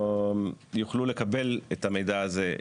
יוכלו לקבל את המידע הזה,